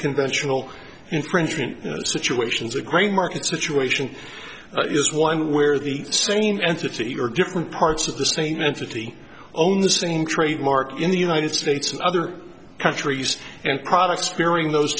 conventional infringement situations a great market situation is one where the same entity or different parts of the same entity own the same trademark in the united states and other countries and products bearing those